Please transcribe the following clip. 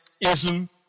ism